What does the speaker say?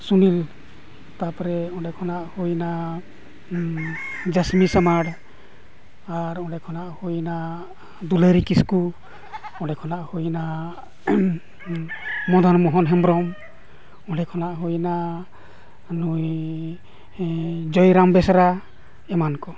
ᱥᱩᱱᱤᱞ ᱛᱟᱨᱯᱚᱨᱮ ᱚᱸᱰᱮ ᱠᱷᱚᱱᱟᱜ ᱦᱩᱭᱱᱟ ᱡᱟᱥᱢᱤ ᱥᱟᱢᱟᱲ ᱟᱨ ᱚᱸᱰᱮ ᱠᱷᱚᱱᱟᱜ ᱦᱩᱭᱱᱟ ᱫᱩᱞᱟᱹᱲᱤ ᱠᱤᱥᱠᱩ ᱚᱸᱰᱮ ᱠᱷᱚᱱᱟᱜ ᱦᱩᱭᱱᱟ ᱢᱚᱫᱚᱱ ᱢᱳᱦᱚᱱ ᱦᱮᱢᱵᱨᱚᱢ ᱚᱸᱰᱮ ᱠᱷᱚᱱᱟᱜ ᱦᱩᱭᱱᱟ ᱱᱩᱭ ᱡᱚᱭᱨᱟᱢ ᱵᱮᱥᱨᱟ ᱮᱢᱟᱱ ᱠᱚ